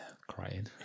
Crying